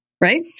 right